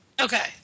Okay